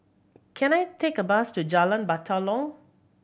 can I take a bus to Jalan Batalong